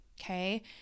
okay